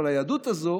אבל היהדות הזאת